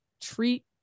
treat